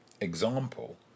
example